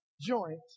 joint